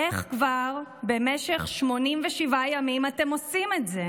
איך כבר במשך 87 ימים אתם עושים את זה?